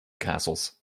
castles